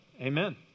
Amen